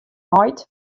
heit